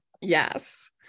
Yes